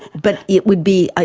but it would be, ah